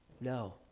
No